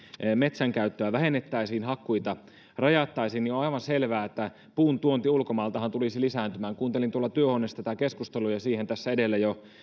metsänkäyttöä vähennettäisiin hakkuita rajattaisiin on aivan selvää että puun tuonti ulkomailta tulisi lisääntymään kuuntelin tuolla työhuoneessa tätä keskustelua ja siihen tässä edellä jo